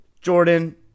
Jordan